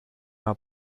our